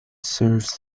serves